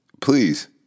please